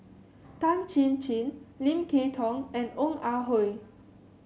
Tan Chin Chin Lim Kay Tong and Ong Ah Hoi